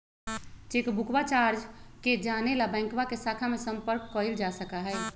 चेकबुकवा चार्ज के जाने ला बैंकवा के शाखा में संपर्क कइल जा सका हई